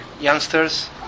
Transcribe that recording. youngsters